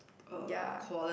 ya